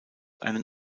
einen